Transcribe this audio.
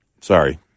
sorry